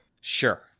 Sure